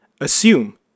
Assume